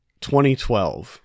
2012